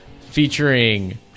featuring